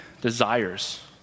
desires